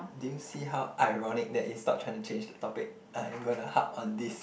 did you see how ironic that is stop trying to change the topic I am going to harp on this